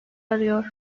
arıyor